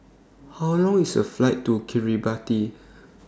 How Long IS The Flight to Kiribati